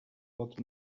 what